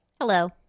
Hello